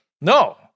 no